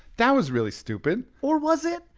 that was really stupid. or was it?